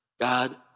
God